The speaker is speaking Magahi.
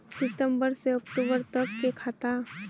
सितम्बर से अक्टूबर तक के खाता?